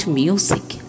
music